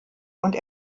und